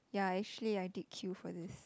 ya actually I did queue for this